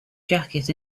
jacket